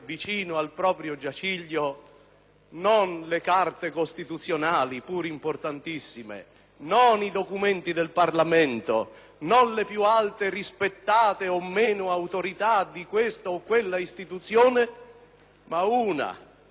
non le carte costituzionali, pure importantissime, non i documenti del Parlamento, né le più alte (rispettate o meno) autorità di questa o quella istituzione, ma una o più persone che dicano: